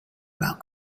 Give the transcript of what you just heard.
about